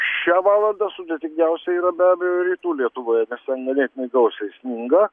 šią valandą sudėtingiausia yra be abejo rytų lietuvoje nes ten ganėtinai gausiai sninga